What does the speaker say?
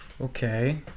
Okay